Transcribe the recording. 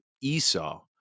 Esau